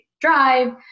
drive